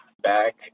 back